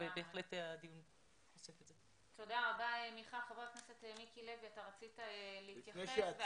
חבר הכנסת מיקי לוי, רצית להתייחס.